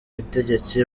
butegetsi